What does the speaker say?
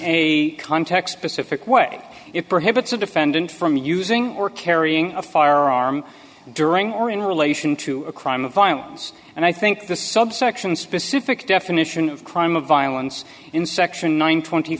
a context specific way it prohibits the defendant from using or carrying a firearm during or in relation to a crime of violence and i think the subsection specific definition of crime of violence in section one twenty